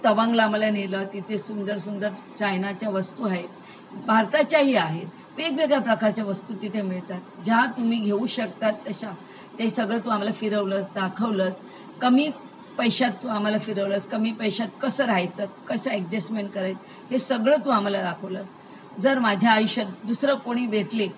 तू तवांगला आम्हाला नेलं तिथे सुंदर सुंदर चायनाच्या वस्तू आहेत भारताच्याही आहेत वेगवेगळ्या प्रकारच्या वस्तू तिथे मिळतात ज्या तुम्ही घेऊ शकतात तशा ते सगळं तू आम्हाला फिरवलंस दाखवलंस कमी पैशात तू आम्हाला फिरवलंस कमी पैशात कसं राहायचं कसं ॲडजस्टमेंट कराय हे सगळं तू आम्हाला दाखवलंस जर माझ्या आयुष्यात दुसरं कोणी भेटले